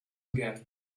again